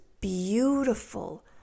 beautiful